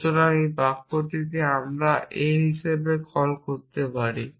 সুতরাং এই বাক্যটিকে আমি a হিসাবে কল করতে পারি